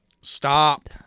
Stop